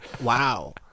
Wow